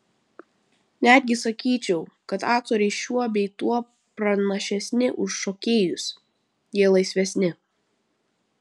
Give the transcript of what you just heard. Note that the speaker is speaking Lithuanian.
netgi sakyčiau kad aktoriai šiuo bei tuo pranašesni už šokėjus jie laisvesni